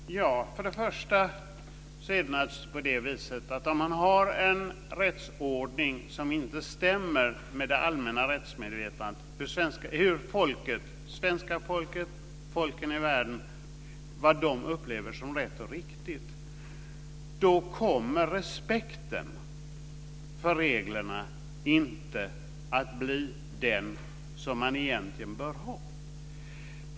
Fru talman! Först och främst är det naturligtvis på det viset att om man har en rättsordning som inte stämmer med det allmänna rättsmedvetandet, med vad svenska folket och folken i världen upplever som rätt och riktigt, kommer respekten för reglerna inte att bli sådan som den egentligen bör vara.